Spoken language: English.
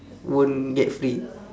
won't get free